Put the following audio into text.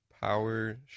power